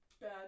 bad